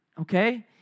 okay